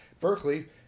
Berkeley